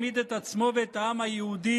העמיד את עצמו ואת העם היהודי,